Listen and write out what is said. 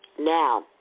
Now